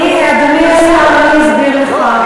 אדוני השר, אני אסביר לך.